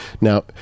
Now